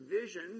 vision